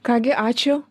ką gi ačiū